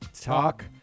talk